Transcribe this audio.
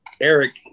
Eric